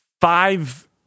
five